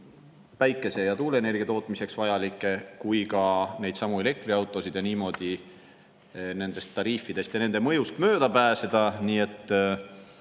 päikese‑ ja tuuleenergia tootmiseks vajalikku kui ka neidsamu elektriautosid ning niimoodi tariifidest ja nende mõjust mööda pääseda. Sellest